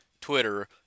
Twitter